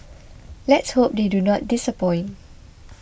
let's hope they do not disappoint